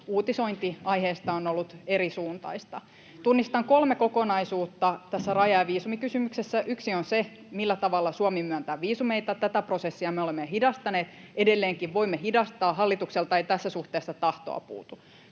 uutisointi aiheesta on ollut erisuuntaista. Tunnistan kolme kokonaisuutta tässä raja- ja viisumikysymyksessä: Yksi on se, millä tavalla Suomi myöntää viisumeita. Tätä prosessia me olemme hidastaneet, edelleenkin voimme hidastaa. Hallitukselta ei tässä suhteessa tahtoa puutu.